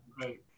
Right